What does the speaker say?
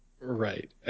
Right